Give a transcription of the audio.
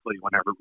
whenever